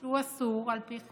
שהוא אסור על פי חוק.